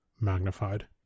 magnified